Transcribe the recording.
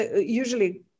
usually